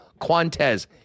Quantes